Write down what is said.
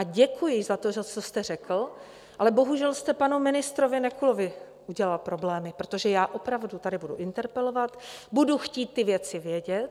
Děkuji za to, co jste řekl, ale bohužel jste panu ministrovi Nekulovi udělal problémy, protože já opravdu tady budu interpelovat, budu chtít ty věci vědět.